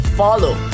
follow